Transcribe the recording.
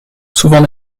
souvent